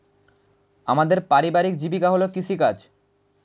আমাদের পারিবারিক জীবিকা হল কৃষিকাজ